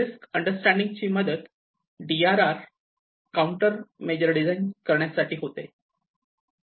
risk understanding ची मदत D R R countermeasure design करण्यासाठी होते